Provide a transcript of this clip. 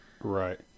Right